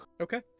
Okay